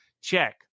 check